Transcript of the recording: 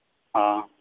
ᱦᱮᱸ